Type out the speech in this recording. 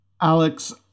Alex